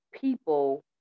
people